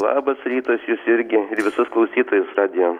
labas rytas jus irgi ir visus klausytojus radijo